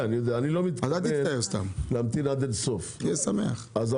תהיה שמח.